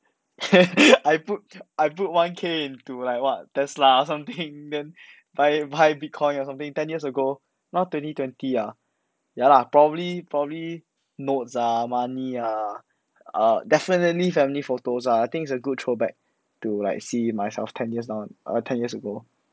I put I put one K into like what just lah something then five five big coin or something ten years ago now twenty twenty ah ya lah probably probably notes ah money lah ah definitely family photo ah I think is a good throwback to like see myself ten year now err ten years ago